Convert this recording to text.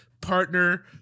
partner-